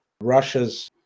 Russia's